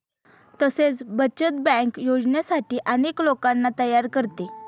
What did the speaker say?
तसेच बचत बँक योजनांसाठी अनेक लोकांना तयार करते